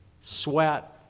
sweat